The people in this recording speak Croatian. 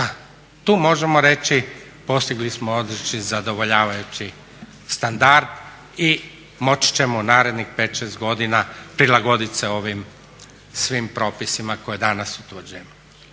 tu možemo reći postigli smo određeni zadovoljavajući standard i moći ćemo u narednih 5, 6 godina prilagoditi se ovim svim propisima koje danas utvrđujemo.